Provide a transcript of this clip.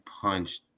punched